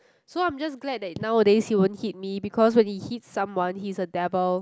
so I'm just glad that nowadays he won't hit me because when he hit someone he's a devil